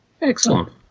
excellent